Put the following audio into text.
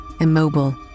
immobile